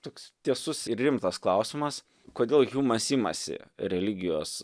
toks tiesus ir rimtas klausimas kodėl hjumas imasi religijos